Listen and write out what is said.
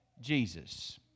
Jesus